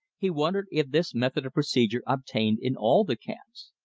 he wondered if this method of procedure obtained in all the camps.